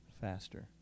faster